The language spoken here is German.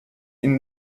ihn